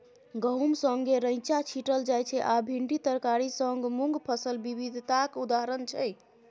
गहुम संगै रैंचा छीटल जाइ छै आ भिंडी तरकारी संग मुँग फसल बिबिधताक उदाहरण छै